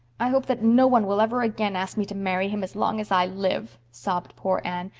i hope that no one will ever again ask me to marry him as long as i live, sobbed poor anne,